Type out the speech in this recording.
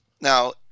now